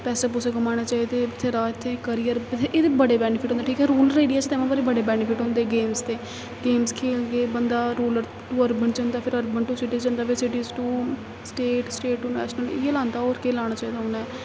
पैसे पूसे कमाने चाहिदे बत्थेरा इत्थै कैरियर एह्दे बड़े बैनिफिट होंदे ठीक ऐ रूरल एरिया च ते उ'यां बी बड़े बेनिफिट होंदे गेम्स दे गेम्स खेलगे बंदा रूरल टू अर्बन च जंदा फ्ही अर्बन टू सिटी जंदा फ्ही city to state state to national इ'यै लांदा होर केह् लाना चाहिदा उ'नें